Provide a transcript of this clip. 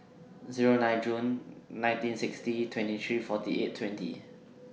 Zero nine June nineteen sixty twenty three forty eight twenty